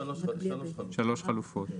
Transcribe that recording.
שלוש חלופות.